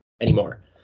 anymore